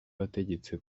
wategetse